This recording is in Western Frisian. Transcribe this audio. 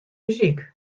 muzyk